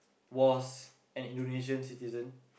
was an Indonesian citizen